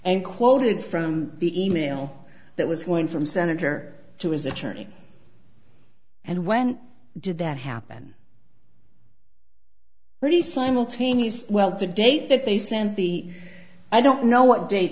and quoted from the e mail that was going from senator to his attorney and when did that happen really simultaneous well the date that they sent the i don't know what date